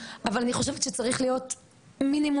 אבל אני חושבת שצריך להיות מינימום